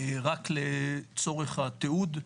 רק לצורך התיעוד,